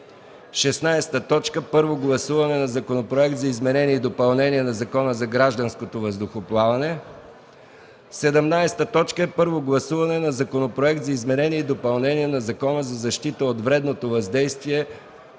16. Първо гласуване на Законопроект за изменение и допълнение на Закона за гражданското въздухоплаване. 17. Първо гласуване на Законопроект за изменение и допълнение на Закона за защита от вредното въздействие